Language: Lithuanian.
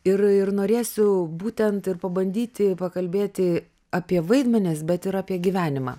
ir ir norėsiu būtent ir pabandyti pakalbėti apie vaidmenis bet ir apie gyvenimą